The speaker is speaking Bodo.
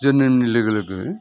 जोनोमनि लोगो लोगो